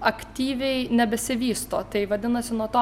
aktyviai nebesivysto taip vadinasi nuo to